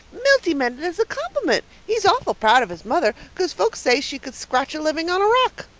milty meant it as a compelment. he's awful proud of his mother, cause folks say she could scratch a living on a rock.